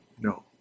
No